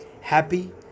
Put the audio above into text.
happy